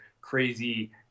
crazy